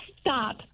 stop